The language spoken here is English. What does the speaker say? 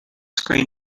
screen